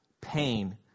pain